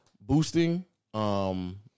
boosting